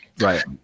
Right